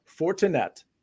Fortinet